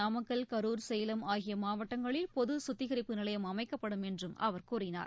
நாமக்கல் கரூர் சேலம் ஆகியமாவட்டங்களில் பொதுசுத்திகரிப்பு நிலையம் அமைக்கப்படும் என்றும் அவர் கூறினார்